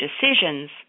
decisions